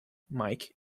mike